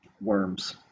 worms